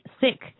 sick